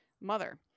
mother